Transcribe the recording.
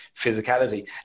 physicality